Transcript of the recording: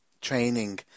training